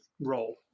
role